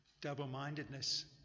double-mindedness